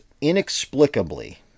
inexplicably